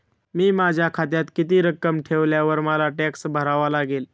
मी माझ्या खात्यात किती रक्कम ठेवल्यावर मला टॅक्स भरावा लागेल?